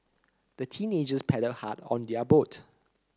the teenagers paddled hard on their boat